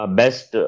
best